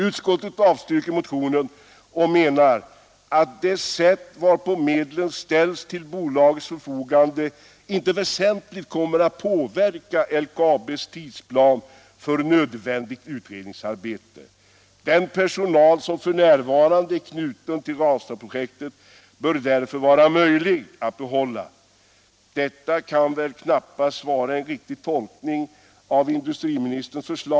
Utskottet avstyrker motionen och menar att ”det sätt varpå medlen ställs till bolagets förfogande inte väsentligt kommer att påverka LKAB:s tidsplan för nödvändigt utredningsarbete. Den personal som f. n. är knuten till Ranstadsverket bör det därför vara möjligt att behålla.” — Detta kan knappast vara någon riktig tolkning av industriministerns förslag.